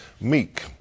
meek